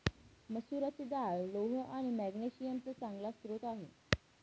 मसुराची डाळ लोह आणि मॅग्नेशिअम चा चांगला स्रोत आहे